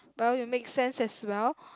well you make sense as well